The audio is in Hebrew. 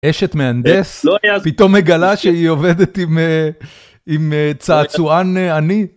אשת מהנדס, פתאום מגלה שהיא עובדת עם צעצוען עני.